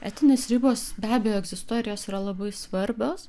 etinės ribos be abejo egzistuoja ir jos yra labai svarbios